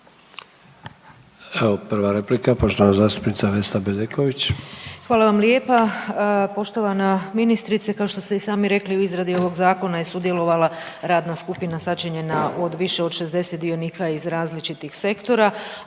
Evo prva replika, poštovana zastupnica Vesna Bedeković. **Bedeković, Vesna (HDZ)** Hvala vam lijepa. Poštovana ministrice kao što ste i sami rekli u izradi ovog zakona je sudjelovala radna skupina sačinjena od više od 60 dionika iz različitih sektora,